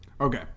Okay